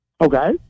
Okay